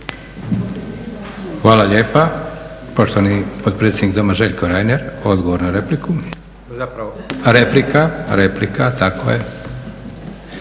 Hvala lijepa. Poštovani potpredsjednik doma Željko Reiner, odgovor na repliku, zapravo replika. Tako je.